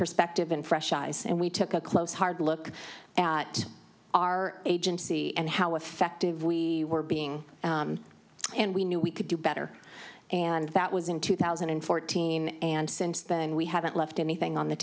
perspective and fresh eyes and we took a close hard look at our agency and how effective we were being and we knew we could do better and that was in two thousand and fourteen and since then we haven't left anything on the